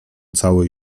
cały